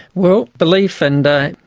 well, belief and,